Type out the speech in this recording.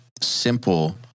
simple